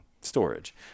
storage